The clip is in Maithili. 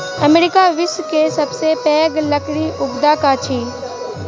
अमेरिका विश्व के सबसे पैघ लकड़ी उत्पादक अछि